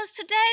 today